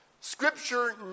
Scripture